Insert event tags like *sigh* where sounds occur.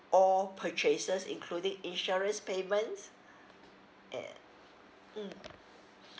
all purchases including insurance payments *breath* at mm